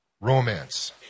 romance